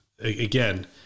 again